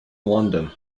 london